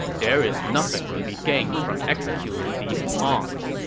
there's nothing to be gained from executing these pawns.